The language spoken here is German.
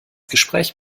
gespräch